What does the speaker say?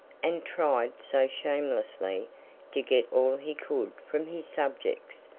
and tried so shamelessly to get all he could from his subjects,